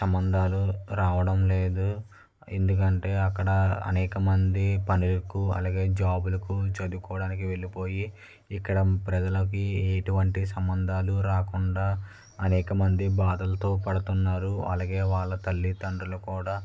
సంబంధాలు రావడం లేదు ఎందుకంటే అక్కడ అనేక మంది పనులకు అలాగే జాబ్లకు చదువుకోవడానికి వెళ్ళిపోయి ఇక్కడ ప్రజలకి ఎటువంటి సంబంధాలు రాకుండా అనేక మంది బాధ పడుతున్నారు వాళ్ళకి వాళ్ళ తల్లితండ్రులు కూడా